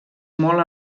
molt